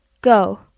Go